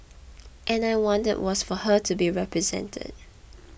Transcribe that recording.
and I wanted was for her to be represented